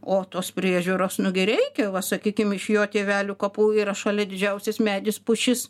o tos priežiūros nu gi reikia va sakykim iš jo tėvelių kapų yra šalia didžiausias medis pušis